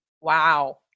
Wow